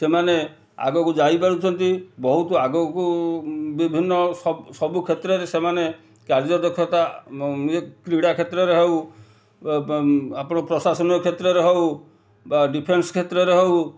ସେମାନେ ଆଗକୁ ଯାଇପାରୁଛନ୍ତି ବହୁତ ଆଗକୁ ବିଭିନ୍ନ ସବୁ ସବୁ କ୍ଷେତ୍ରରେ ସେମାନେ କାର୍ଯ୍ୟଦକ୍ଷତା କ୍ରୀଡ଼ା କ୍ଷେତ୍ରରେ ହେଉ ଆପଣ ପ୍ରଶାସନିକ କ୍ଷେତ୍ରରେ ହଉ ବା ଡିଫେନ୍ସ୍ କ୍ଷେତ୍ରରେ ହଉ